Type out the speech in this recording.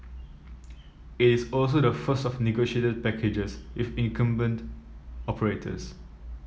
it is also the first of negotiated packages with incumbent operators